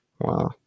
Wow